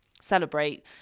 celebrate